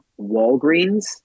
Walgreens